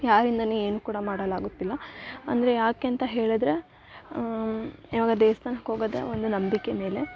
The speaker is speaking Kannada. ಯಾರಿಂದ ನೀ ಏನು ಕೂಡ ಮಾಡಲಾಗುತ್ತಿಲ್ಲ ಅಂದರೆ ಯಾಕೆಂತ ಹೇಳಿದ್ರೆ ಇವಾಗ ದೇವ್ಸ್ಥಾನಕ್ಕೆ ಹೋಗೋದೇ ಒಂದು ನಂಬಿಕೆಯ ಮೇಲೆ